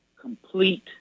complete